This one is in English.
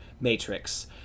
Matrix